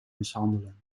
mishandelen